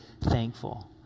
thankful